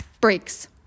breaks